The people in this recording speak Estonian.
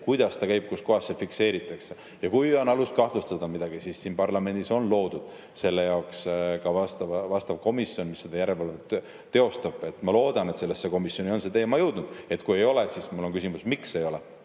kuidas see käib, kuskohas see fikseeritakse. Kui on alust kahtlustada midagi, siis siin parlamendis on loodud selle jaoks ka vastav komisjon, mis seda järelevalvet teostab. Ma loodan, et sellesse komisjoni on see teema jõudnud. Kui ei ole, siis mul on küsimus, miks ei ole.